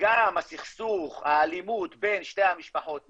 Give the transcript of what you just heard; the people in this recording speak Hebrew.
גם הסכסוך, האלימות בין שתי המשפחות נעלמת,